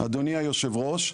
אדוני יושב הראש,